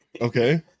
Okay